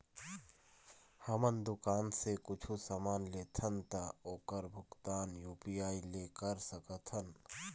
हमन दुकान से कुछू समान लेथन ता ओकर भुगतान यू.पी.आई से कर सकथन?